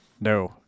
No